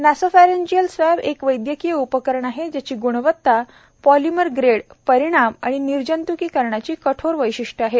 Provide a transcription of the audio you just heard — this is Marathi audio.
नासॉफरेन्जियल स्वॅब एक वैदयकीय उपकरण आहे ज्याची ग्णवत्ता पॉलिमर ग्रेड परिमाण आणि निर्जंत्कीकरणाची कठोर वैशिष्ट्ये आहेत